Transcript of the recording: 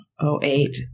08